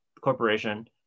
corporation